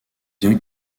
bien